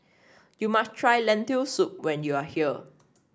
you must try Lentil Soup when you are here